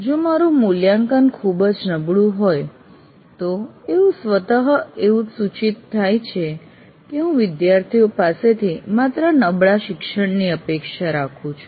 જો મારુ મૂલ્યાંકન ખૂબ જ નબળું હોય તો એવું સ્વતઃ એવું જ સૂચિત થાય છે કે હું વિદ્યાર્થીઓ પાસેથી માત્ર નબળા શિક્ષણની અપેક્ષા રાખું છું